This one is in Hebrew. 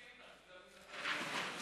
אני מסכים איתך.